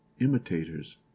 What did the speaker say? imitators